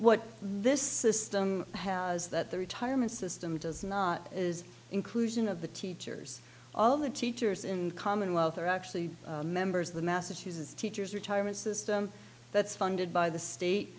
what this system has that the retirement system does not is inclusion of the teachers all of the teachers in the commonwealth are actually members of the massachusetts teachers retirement system that's funded by the state